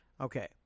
Okay